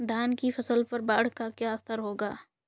धान की फसल पर बाढ़ का क्या असर होगा?